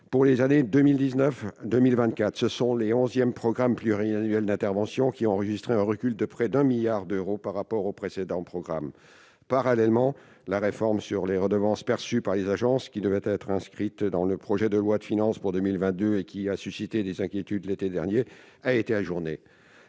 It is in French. Pour les années 2019-2024, le budget des onzièmes programmes pluriannuels d'intervention a enregistré un recul de près d'un milliard d'euros par rapport aux précédents programmes. Parallèlement, la réforme sur les redevances perçues par les agences, qui devait être inscrite dans le projet de loi de finances pour 2022 et qui a suscité des inquiétudes l'été dernier, a été ajournée.